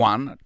One